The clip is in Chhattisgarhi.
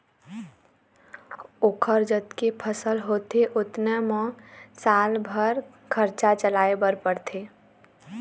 ओखर जतके फसल होथे ओतने म साल भर खरचा चलाए बर परथे